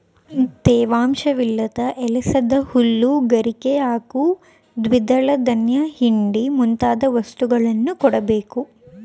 ತೇವಾಂಶವಿಲ್ಲದ ಎಳಸಾದ ಹುಲ್ಲು ಗರಿಕೆ ಹಾಗೂ ದ್ವಿದಳ ಧಾನ್ಯ ಹಿಂಡಿ ಮುಂತಾದ ವಸ್ತುಗಳನ್ನು ಕೊಡ್ಬೇಕು